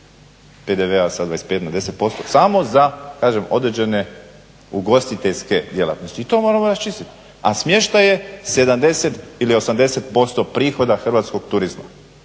PDV-a sa 25 na 10% samo za kažem određene ugostiteljske djelatnosti, i to moramo raščistiti, a smještaje 70 ili 80% prihoda hrvatskog turizma,